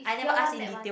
year one met one